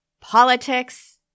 politics